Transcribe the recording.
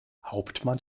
hauptmann